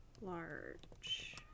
large